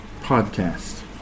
podcast